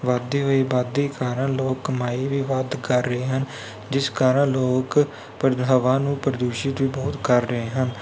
ਵੱਧਦੀ ਹੋਈ ਆਬਾਦੀ ਕਾਰਨ ਲੋਕ ਕਮਾਈ ਵੀ ਵੱਧ ਕਰ ਰਹੇ ਹਨ ਜਿਸ ਕਾਰਨ ਲੋਕ ਪ੍ਰ ਹਵਾ ਨੂੰ ਪ੍ਰਦੂਸ਼ਿਤ ਵੀ ਬਹੁਤ ਕਰ ਰਹੇ ਹਨ